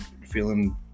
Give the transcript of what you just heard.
feeling